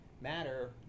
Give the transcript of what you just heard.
matter